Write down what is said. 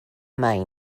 mine